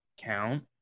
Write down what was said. count